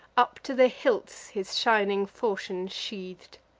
up to the hilts his shining fauchion sheath'd.